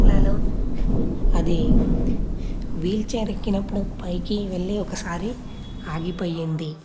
వండర్లాలో అది wheel chair ఎక్కినప్పుడు పైకి వెళ్లి ఒకసారి ఆగిపోయింది